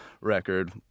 record